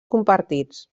compartits